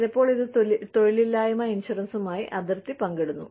ചിലപ്പോൾ ഇത് തൊഴിലില്ലായ്മ ഇൻഷുറൻസുമായി അതിർത്തി പങ്കിടുന്നു